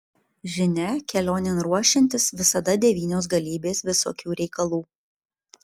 žinia kelionėn ruošiantis visada devynios galybės visokių reikalų